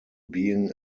being